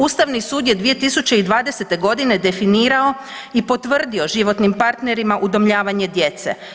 Ustavni sud je 2020. godine definirao i potvrdio životnim partnerima udomljavanje djece.